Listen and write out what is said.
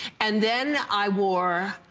and then i wore